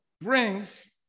brings